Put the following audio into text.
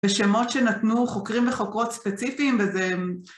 בשמות שנתנו חוקרים וחוקרות ספציפיים, וזה...